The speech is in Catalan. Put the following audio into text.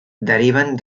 deriven